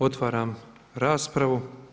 Otvaram raspravu.